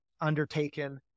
undertaken